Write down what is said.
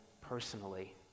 personally